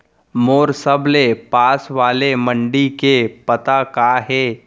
मोर सबले पास वाले मण्डी के पता का हे?